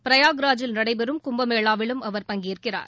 பிராயாக்ராஜில் நடைபெறும் கும்பமேளாவிலும் அவர் பங்கேற்கிறார்